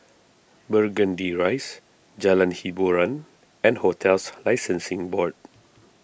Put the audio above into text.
Burgundy Rise Jalan Hiboran and Hotels Licensing Board